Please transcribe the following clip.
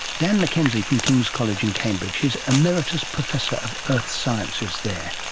dan mckenzie from kings college in cambridge. he is emeritus professor of earth sciences there.